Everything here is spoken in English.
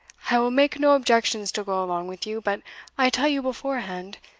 i will make no objections to go along with you but i tell you beforehand,